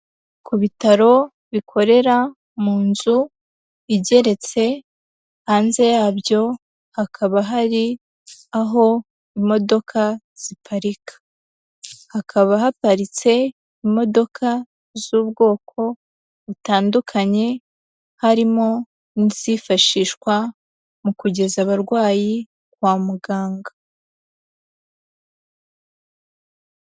Ku bitaro bikorera mu nzu igeretse, hanze yabyo hakaba hari aho imodoka ziparika, hakaba haparitse imodoka z'ubwoko butandukanye, harimo n'izifashishwa mu kugeza abarwayi kwa muganga.